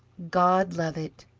god love it,